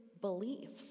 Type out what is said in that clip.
beliefs